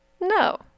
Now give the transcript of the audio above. No